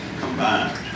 combined